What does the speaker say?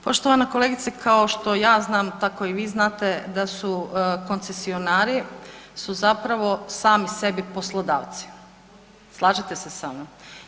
Poštovana kolegice, kao što ja znam, tako i vi znate da su koncesionari su zapravo sami sebi poslodavci, slažete se sa mnom?